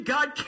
God